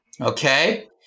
Okay